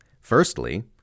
Firstly